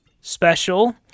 special